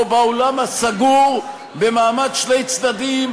או באולם הסגור במעמד שני צדדים,